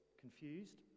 Confused